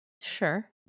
Sure